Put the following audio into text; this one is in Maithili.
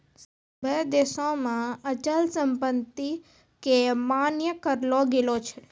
सभ्भे देशो मे अचल संपत्ति के मान्य करलो गेलो छै